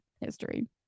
history